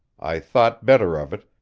i thought better of it,